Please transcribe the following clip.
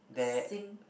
there